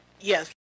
Yes